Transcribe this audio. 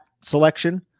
selection